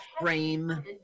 frame